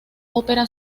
ópera